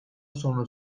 sonra